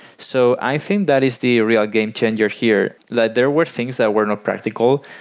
so i think that is the real game changer here, that there were things that were not practical.